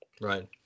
Right